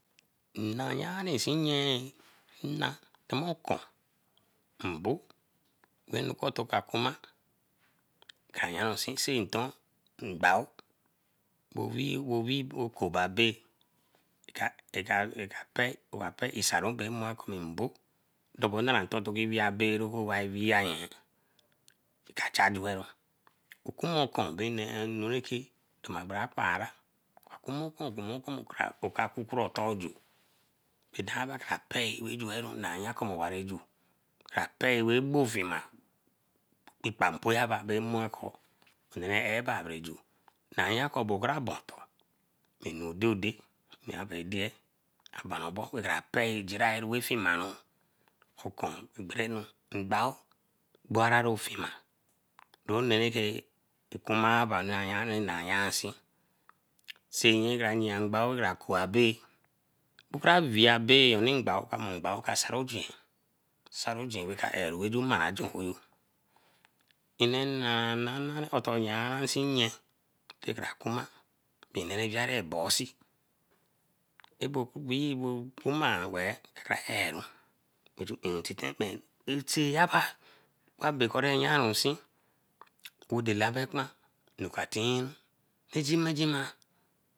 Nna yarisee nye, nna jumo okun, mbo benukor toma koma ka yarunsee senton. Mbao wo wee koma abbey mbo tobe nton to wee abbey owa wee ayen eka cha juweru. Okumum okun bey reke toma bara kpara, oka toma okun toma okun oka currey otor ju adanaba ka kperuu wey juey ru mor. Wareju ka peruu wey fina in kpepan imporaba moekor onnee eer ba aberaju. Nna ya kor okari obo tor anu ode ode anu ra bae deer a bana obo bor kra pee werjima wey fima doyerake kuma bae ba yan asin. Seyen kra yean ngbao ba ku abbey kra wey abbey yor ngbao oka mor ngbao ka cirogee, ciragree reka ju mai oju oouyo. Nne na nari otor yaransinyen ta kra kunma bey rah currey bossi kuma weey eru aju intiten neru. Abe koba ra yarunsi odelabekpan anu ka tinru.